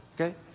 okay